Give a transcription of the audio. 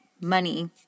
money